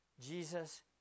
Jesus